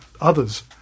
others